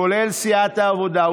כולל סיעת העבודה.